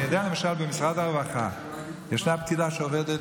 אני יודע, למשל במשרד הרווחה ישנה פקידה שעובדת